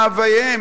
ממאווייהם,